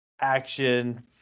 action